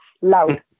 loud